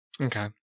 Okay